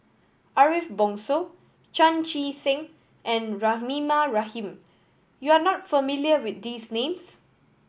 Ariff Bongso Chan Chee Seng and Rahimah Rahim you are not familiar with these names